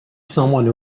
someone